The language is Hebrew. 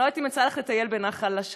אני לא יודעת אם יצא לך לטייל בנחל אשלים,